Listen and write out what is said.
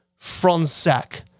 Fransac